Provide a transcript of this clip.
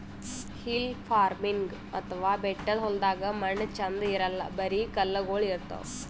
hill farming ಅಥವಾ ಬೆಟ್ಟದ್ ಹೊಲ್ದಾಗ ಮಣ್ಣ್ ಛಂದ್ ಇರಲ್ಲ್ ಬರಿ ಕಲ್ಲಗೋಳ್ ಇರ್ತವ್